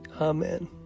Amen